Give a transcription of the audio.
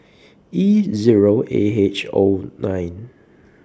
E Zero A H O nine